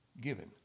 given